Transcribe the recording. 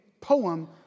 poem